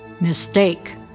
Mistake